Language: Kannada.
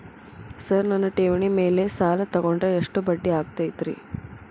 ಸರ್ ನನ್ನ ಠೇವಣಿ ಮೇಲೆ ಸಾಲ ತಗೊಂಡ್ರೆ ಎಷ್ಟು ಬಡ್ಡಿ ಆಗತೈತ್ರಿ?